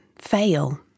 fail